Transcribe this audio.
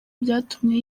byatumye